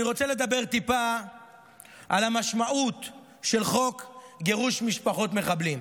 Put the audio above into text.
אני רוצה לדבר טיפה על המשמעות של חוק גירוש משפחות מחבלים.